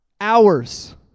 Hours